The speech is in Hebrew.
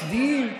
מצדיעים.